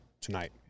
tonight